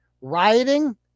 rioting